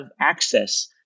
access